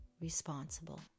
responsible